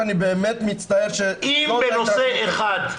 אם בנושא אחד,